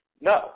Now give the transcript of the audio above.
No